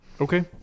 Okay